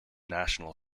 national